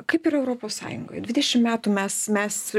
kaip yra europos sąjungoj dvidešimt metų mes mes